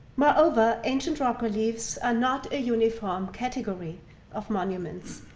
moreover, ancient rock reliefs are not a uniform category of monuments.